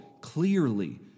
clearly